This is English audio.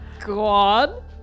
God